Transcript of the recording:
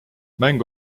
mäng